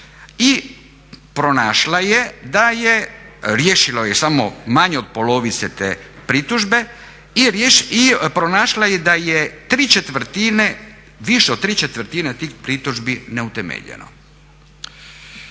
i pronašla je da je, riješilo je samo manje od polovice te pritužbe, i pronašla je da je ¾ više od ¾ tih pritužbi neutemeljeno.